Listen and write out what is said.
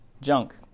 Junk